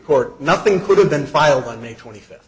court nothing could have been filed by may twenty fifth